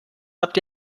habt